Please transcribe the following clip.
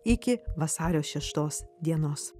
iki vasario šeštos dienos